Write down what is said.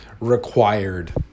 required